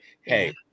hey